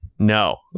No